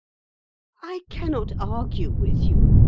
i cannot argue with you,